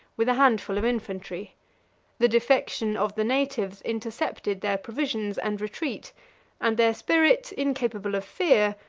with a handful of infantry the defection of the natives intercepted their provisions and retreat and their spirit, incapable of fear,